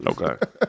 Okay